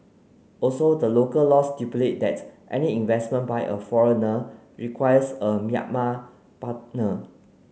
also the local laws stipulate that any investment by a foreigner requires a Myanmar partner